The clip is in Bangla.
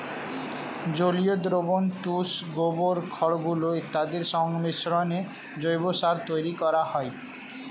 জলীয় দ্রবণ, তুষ, গোবর, খড়গুঁড়ো ইত্যাদির সংমিশ্রণে জৈব সার তৈরি করা হয়